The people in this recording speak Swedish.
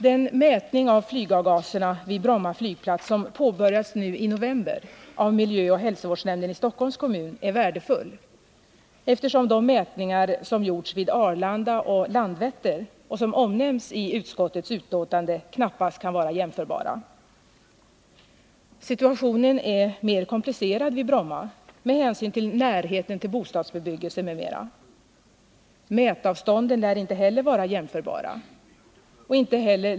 Den mätning av flygavgaserna vid Bromma flygplats som påbörjats nu i november av miljöoch hälsovårdsnämnden i Stockholms kommun är värdefull, eftersom de mätningar som gjorts vid Arlanda och Landvetter och som omnämns i utskottsbetänkandet knappast kan vara jämförbara. Situationen är mer komplicerad vid Bromma på grund av närheten till bostadsbebyggelsen m.m. Inte heller mätavstånden lär vara jämförbara.